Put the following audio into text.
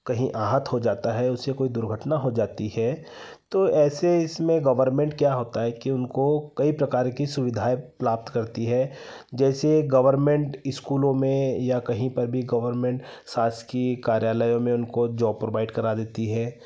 कहीं आहत हो जाता है उसे कोई दुर्घटना हो जाती है तो ऐसे इसमें गवर्नमेंट क्या होता है कि उनको कई प्रकार की सुविधाएँ प्राप्त करती है जैसे गवर्नमेंट स्कूलों में या कहीं पर भी गवर्नमेंट शासकीय कार्यालयों में उनको जॉब प्रोवाइड करा देती है